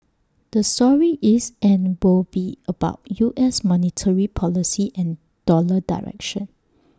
the story is and will be about U S monetary policy and dollar direction